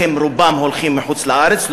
לכן רובם הולכים לחוץ-לארץ,